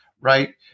right